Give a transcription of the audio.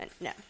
no